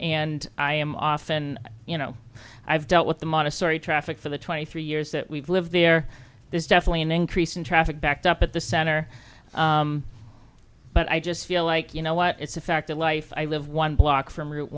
and i am often you know i've dealt with them on a story traffic for the twenty three years that we've lived there there's definitely an increase in traffic backed up at the center but i just feel like you know what it's a fact of life i live one block from route